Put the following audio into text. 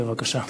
בבקשה.